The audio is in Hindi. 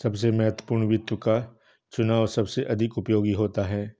सबसे महत्वपूर्ण वित्त का चुनाव सबसे अधिक उपयोगी होता है